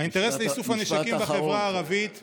האינטרס לאיסוף הנשקים בחברה הערבית, משפט אחרון.